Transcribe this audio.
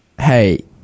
hey